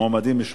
(מתן